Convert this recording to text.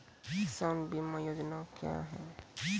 किसान बीमा योजना क्या हैं?